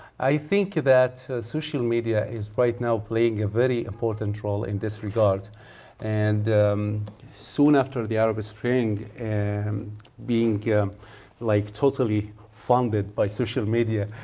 i think that social media is right now playing a very important role in this regard and soon after the arab spring, and um being like totally founded by social media.